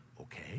Okay